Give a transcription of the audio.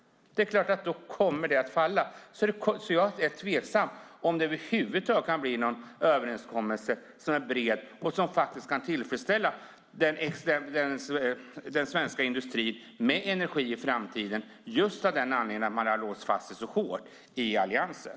Det är klart att det kommer att falla. Jag är tveksam om det över huvud taget kan bli någon bred överenskommelse som kan tillfredsställa den svenska industrins behov av energi i framtiden av den anledningen att man har låst fast sig så hårt i Alliansen.